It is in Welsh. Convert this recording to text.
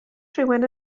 rhywun